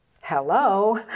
hello